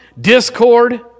discord